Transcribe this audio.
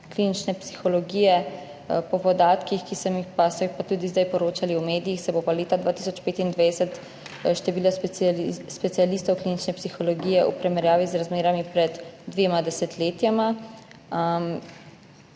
klinične psihologije. Po podatkih, o katerih so pa tudi zdaj poročali v medijih, se bo leta 2025 število specialistov klinične psihologije v primerjavi z razmerami pred dvema desetletjema